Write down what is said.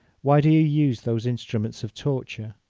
why do you use those instruments of torture?